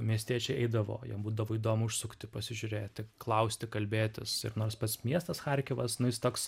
miestiečiai eidavo jiem būdavo įdomu užsukti pasižiūrėti klausti kalbėtis ir nors pats miestas charkivas nu jis toks